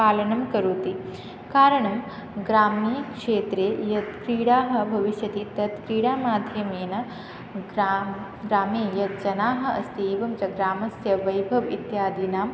पालनं करोति कारणं ग्राम्यक्षेत्रे यत् क्रीडाः भविष्यति तत् क्रीडामाध्यमेन ग्रां ग्रामे यत् जनाः अस्ति एवं च ग्रामस्य वैभवम् इत्यादिनाम्